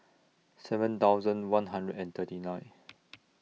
seven thousand one hundred and thirty nine